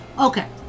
Okay